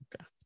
okay